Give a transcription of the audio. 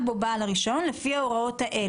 בו בעל הרישיון לפי הוראות פסקה (4)".